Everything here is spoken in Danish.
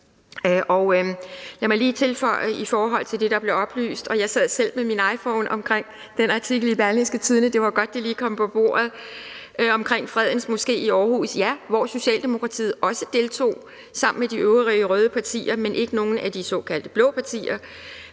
Lad mig lige tilføje noget i forhold til det, der blev oplyst – og jeg sad selv og så det på min iPhone – omkring den artikel i Berlingske, som det var godt lige kom på bordet, om Fredens Moské i Aarhus, ja, hvor Socialdemokratiet også deltog sammen med de øvrige røde partier, men ikke med nogen af de såkaldte blå partier.